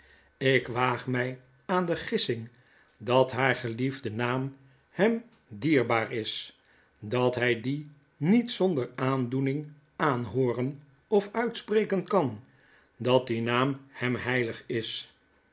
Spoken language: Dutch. ik waag my aan de gissing dat haar geliefde naam hem dierbaar is dat hy dien niet zonder aandoening aanhooren of uitspreken kan dat die naam hem heilig is